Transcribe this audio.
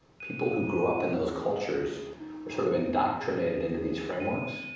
people who grew up in those cultures were sort of indoctrinated into these frameworks,